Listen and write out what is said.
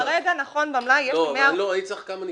כרגע במלאי יש לי --- לא, אני צריך כמה נפתחים.